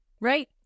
Right